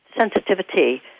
sensitivity